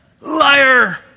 Liar